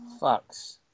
Fucks